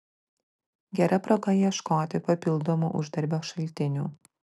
gera proga ieškoti papildomų uždarbio šaltinių